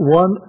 one